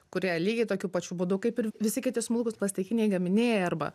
kurie lygiai tokiu pačiu būdu kaip ir visi kiti smulkūs plastikiniai gaminiai arba